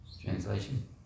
Translation